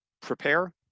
prepare